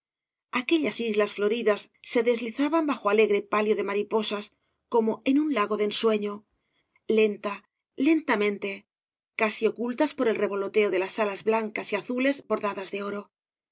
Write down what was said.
aquellas islas floridas se deslizaban bajo alegre palio de mariposas como en un lago de ensueño lenta lentamengobras de valle inclan te casi ocultas por el revoloteo de las alas blancas y azules bordadas de oro el